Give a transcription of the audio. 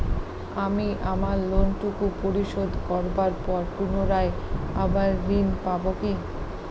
আমি আমার লোন টুকু পরিশোধ করবার পর পুনরায় আবার ঋণ পাবো কি?